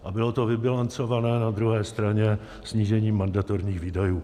A bylo to vybilancované na druhé straně snížením mandatorních výdajů.